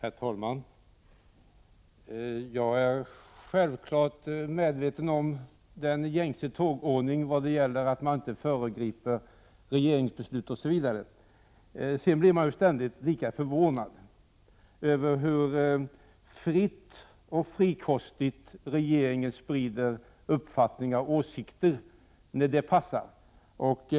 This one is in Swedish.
Herr talman! Jag är självfallet medveten om den gängse tågordningen — man föregriper inte regeringsbeslut, osv. Men man blir ständigt förvånad över hur fritt och frikostigt regeringen sprider uppfattningar och åsikter när det passar.